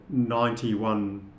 91%